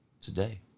Today